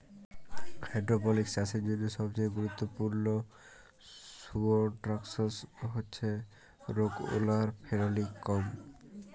hydroponics চাষের জ্যনহে সবচাঁয়ে গুরুত্তপুর্ল সুবস্ট্রাটাস হছে রোক উল আর ফেললিক ফম